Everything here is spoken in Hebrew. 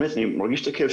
אני מרגיש את הכאב,